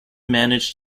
managed